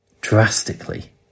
drastically